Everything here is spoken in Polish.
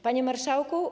Panie Marszałku!